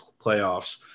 playoffs